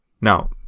Now